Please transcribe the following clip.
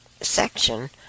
section